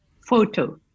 photo